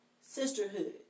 sisterhood